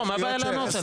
מה הבעיה לענות על זה?